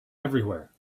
everywhere